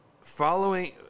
following